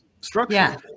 structure